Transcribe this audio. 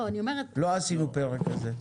לא עשינו פרק כזה.